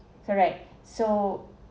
correct so